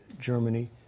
Germany